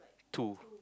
two